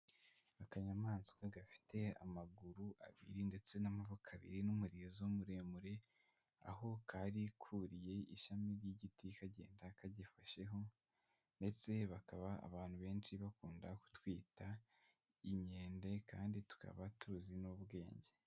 Akanyamaswa gafite amaguru abiri ndetse n'amaboko abiri n'umurizo muremure, aho kari kuriye ishami ry'igiti kagenda kagifasheho ndetse bakaba abantu benshi bakunda kutwita inkende, kandi tukaba tuzi n'ubwenge.